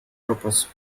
purpose